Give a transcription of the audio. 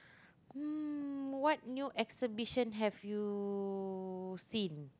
um what new exhibition have you seen